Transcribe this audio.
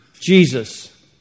Jesus